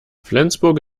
flensburg